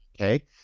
Okay